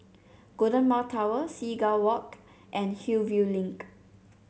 Golden Mile Tower Seagull Walk and Hillview Link